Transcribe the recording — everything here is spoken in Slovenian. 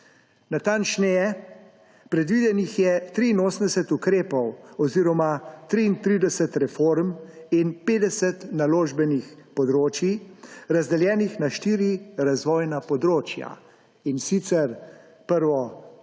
Natančneje, predvidenih je 83 ukrepov oziroma 33 reform in 50 naložbenih področij, razdeljenih na štiri razvojna področja; in sicer prvo zeleni